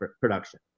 production